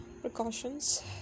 Precautions